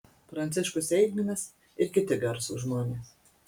pranciškus eigminas ir kiti garsūs žmonės